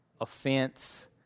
offense